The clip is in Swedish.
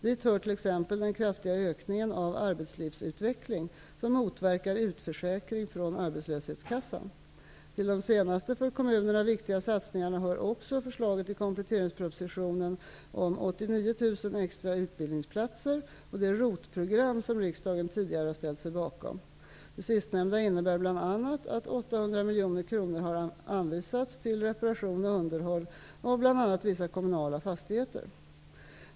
Dit hör t.ex. den kraftiga ökningen av arbetslivsutveckling som motverkar utförsäkring från arbetslöshetskassan. Till de senaste för kommunerna viktigare satsningarna hör också förslaget i kompletteringspropositionen om program som riksdagen tidigare har ställt sig bakom. Det sistnämnda innebär bl.a. att 800 miljoner kronor har anvisats till reparation och underhåll av bl.a. vissa kommunala fastigheter.